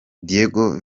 diego